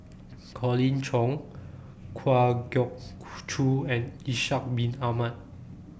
Colin Cheong Kwa Geok Choo and Ishak Bin Ahmad